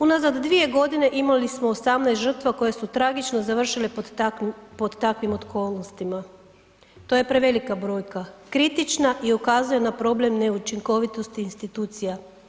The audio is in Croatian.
Unazad 2.g. imali smo 18 žrtva koje su tragično završile pod takvim, pod takvim okolnostima, to je prevelika brojka, kritična i ukazuje na problem neučinkovitosti institucija.